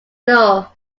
know